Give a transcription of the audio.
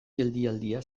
geldialdia